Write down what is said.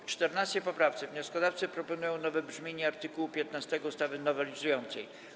W 14. poprawce wnioskodawcy proponują nowe brzmienie art. 15 ustawy nowelizującej.